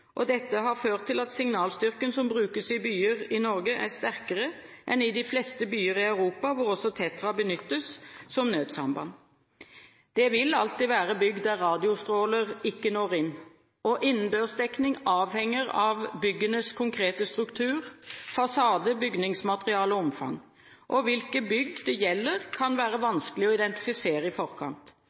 Dette har ført til at signalstyrken som brukes i byer i Norge, er sterkere enn i de fleste byer i Europa hvor også TETRA benyttes som nødsamband. Det vil alltid være bygg der radiostråler ikke når inn. Innendørsdekning avhenger av byggenes konkrete struktur, fasade, bygningsmateriale og omfang. Hvilke bygg det gjelder, kan være vanskelig å identifisere i forkant.